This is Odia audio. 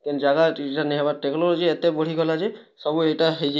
କେନ୍ ଜାଗା ଟେନ୍ସନ୍ ନାଇ ହବା ଟେକ୍ନୋଲୋଜି ଏତେ ବଢ଼ି ଗଲା ଯେ ସବୁ ଏଇଟା ହେଇଛି